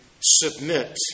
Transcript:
submit